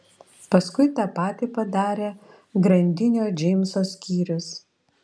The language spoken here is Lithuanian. paskui tą patį padarė grandinio džeimso skyrius